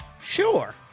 Sure